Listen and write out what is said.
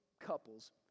couples